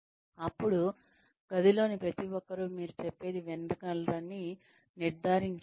అప్పుడు గదిలోని ప్రతి ఒక్కరూ మీరు చెప్పేది వినగలరని నిర్ధారించుకోండి